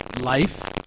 Life